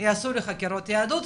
יעשו לי חקירות יהדות,